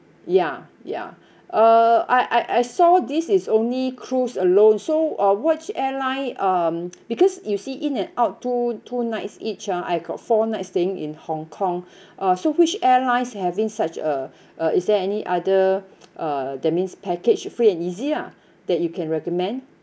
ya ya uh I I I saw this is only cruise alone so uh which airline um because you see in and out two two nights each ah I got four nights staying in hong kong uh so which airlines having such a a is there any other uh that means package free and easy lah that you can recommend